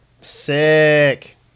Sick